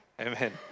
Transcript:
Amen